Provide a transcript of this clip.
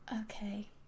Okay